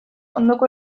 ondoko